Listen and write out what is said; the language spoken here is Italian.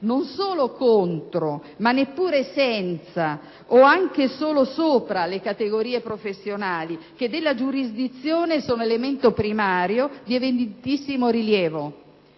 non solo contro, ma neppure senza o anche solo sopra le categorie professionali che della giurisdizione sono elemento primario di evidentissimo rilievo.